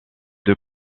deux